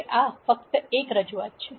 હવે આ ફક્ત એક રજૂઆત છે